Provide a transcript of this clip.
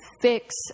fix